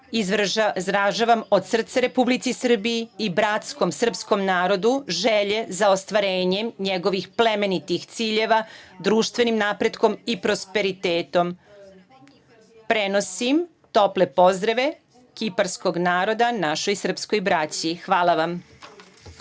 Srbije. Izražavam od srca Republici Srbiji i bratskom srpskom narodu želje za ostvarenje njegovih plemenitih ciljeva, društvenim napretkom i prosperitetom. Prenosim tople pozdrave kiparskog naroda našoj srpskoj braći. Hvala vam.